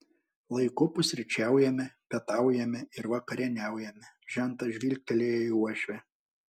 laiku pusryčiaujame pietaujame ir vakarieniaujame žentas žvilgtelėjo į uošvę